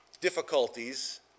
difficulties